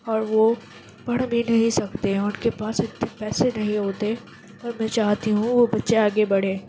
اور وہ پڑھ بھی نہیں سکتے ان کے پاس اتنے پیسے نہیں ہوتے اور میں چاہتی ہوں وہ بچے آگے بڑھیں